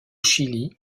chili